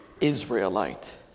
Israelite